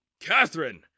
Catherine